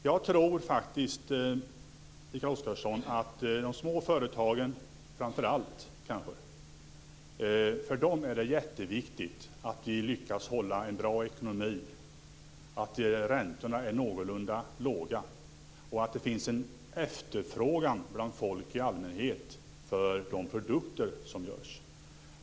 Jag tror faktiskt, Mikael Oscarsson, att det för framför allt de små företagen är jätteviktigt att vi lyckas hålla en bra ekonomi, att räntorna är någorlunda låga och att det finns en efterfrågan bland folk i allmänhet för de produkter som görs.